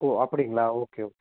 ஓ அப்படிங்ளா okay okay